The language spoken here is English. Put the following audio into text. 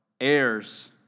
heirs